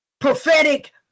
prophetic